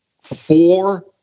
four